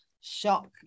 shock